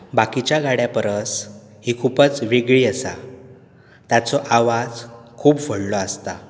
बाकीच्या गाडयां परस ही खुबच वेगळी आसा ताचो आवाज खूब व्हडलो आसता